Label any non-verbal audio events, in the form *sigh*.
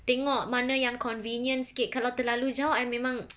tengok mana yang convenient sikit kalau terlalu jauh I memang *noise*